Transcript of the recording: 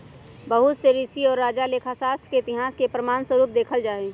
बहुत से ऋषि और राजा लेखा शास्त्र के इतिहास के प्रमाण स्वरूप देखल जाहई